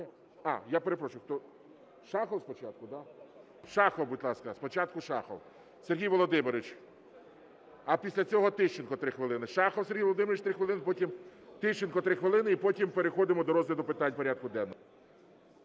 Я перепрошую, Шахов спочатку, да? Шахов, будь ласка, спочатку Шахов Сергій Володимирович А після цього Тищенко – 3 хвилин. Шахов Сергій Володимирович – 3 хвилини, потім Тищенко – 3 хвилини, і потім переходимо до розгляду питань порядку денного.